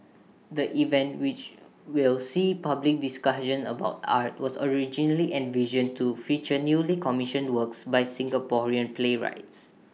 the event which will see public discussions about art was originally envisioned to feature newly commissioned works by Singaporean playwrights